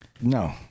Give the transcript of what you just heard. No